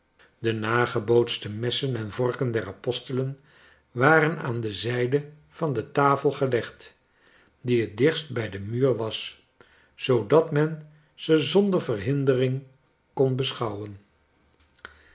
de nagebootste messen en vorken der apostelen waren aan de zijde van de tafel gelegd die het dichtst bij den muur was zoodat men ze zonder verhindering kon beschouwen